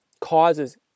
causes